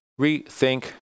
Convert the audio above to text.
rethink